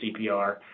CPR